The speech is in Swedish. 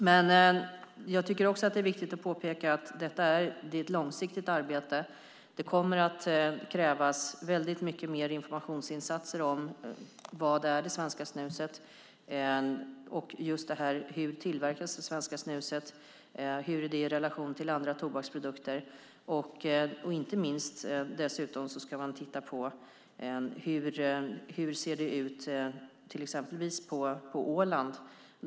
Men jag tycker också att det är viktigt att påpeka att detta är ett långsiktigt arbete. Det kommer att krävas väldigt mycket mer informationsinsatser om vad det svenska snuset är, hur det tillverkas och hur det är i relation till andra tobaksprodukter. Inte minst ska man dessutom titta på hur det ser ut till exempel på Åland.